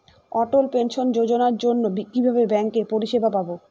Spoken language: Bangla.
অটল পেনশন যোজনার জন্য কিভাবে ব্যাঙ্কে পরিষেবা পাবো?